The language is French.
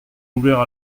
ouvert